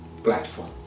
platform